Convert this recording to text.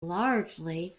largely